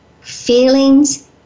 feelings